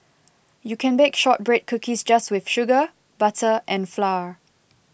you can bake Shortbread Cookies just with sugar butter and flour